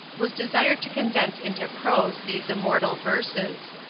was desired to condense into prose these immortal verses.